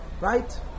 right